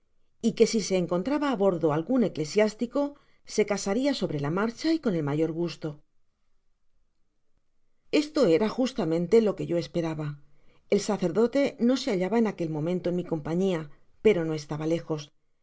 y que si se encontraba á bordo algun eclesiástico se casaria sehre la marcha y con el mayor gusto content from google book search generated at esto era justamente lo que yo esperaba el sacerdote no se hallaba en aquel momento en mi compañía pero no estaba lejos